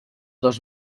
dos